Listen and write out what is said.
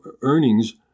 earnings